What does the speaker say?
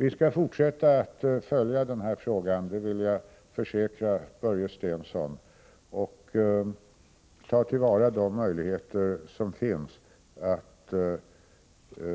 Vi skall fortsätta att följa denna fråga, det vill jag försäkra Börje Stensson, och ta till vara de möjligheter som finns att